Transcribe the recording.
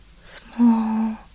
small